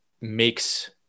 makes